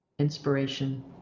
inspiration